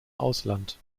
ausland